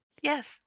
Yes